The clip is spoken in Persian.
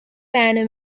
برنامه